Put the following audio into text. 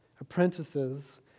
apprentices